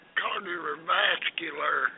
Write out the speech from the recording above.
cardiovascular